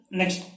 next